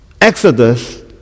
Exodus